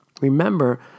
remember